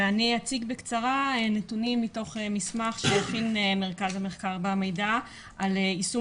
אני אציג בקצרה נתונים מתוך מסמך שהכין מרכז המחקר והמידע על יישום